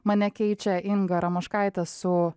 mane keičia inga ramoškaitė su